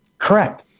Correct